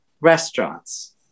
restaurants